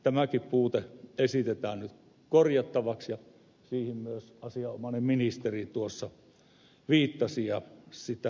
tämäkin puute esitetään nyt korjattavaksi ja siihen myös asianomainen ministeri viittasi ja sitä selvitti